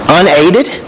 unaided